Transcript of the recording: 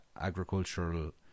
agricultural